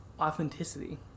authenticity